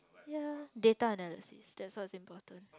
ya data analysis that's what's important